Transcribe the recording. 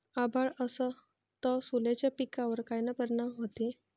अभाळ असन तं सोल्याच्या पिकावर काय परिनाम व्हते?